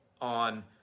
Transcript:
on